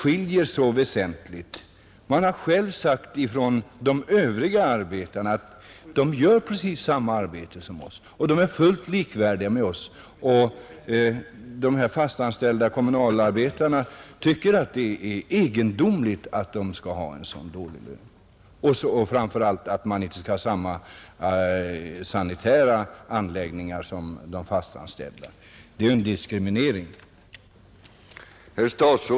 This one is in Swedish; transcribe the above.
De fast anställda kommunalarbetarna har själva sagt: De utför precis samma arbete som vi och är fullt likvärdiga med oss. Kommunalarbetarna tycker att det är egendomligt att de andra arbetarna skall ha så dåliga löner och framför allt att deras sanitära förhållanden är så mycket sämre.